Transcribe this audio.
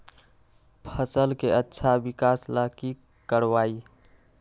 फसल के अच्छा विकास ला की करवाई?